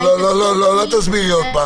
לא תסבירי עוד פעם.